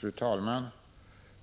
Fru talman!